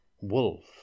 wolf